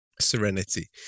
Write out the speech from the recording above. serenity